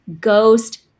ghost